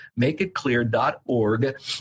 makeitclear.org